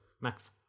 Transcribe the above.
max